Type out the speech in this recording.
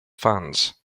fans